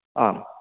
आं